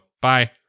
bye